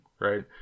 right